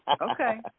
okay